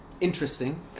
interesting